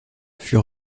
fut